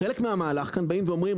חלק מהמהלך הם באים ואומרים,